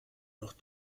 noch